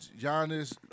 Giannis